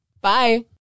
bye